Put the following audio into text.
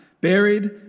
buried